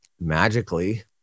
magically